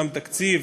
גם תקציב,